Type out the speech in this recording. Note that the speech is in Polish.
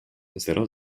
zero